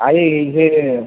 আরে এই যে